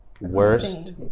Worst